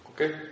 Okay